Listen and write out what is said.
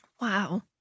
Wow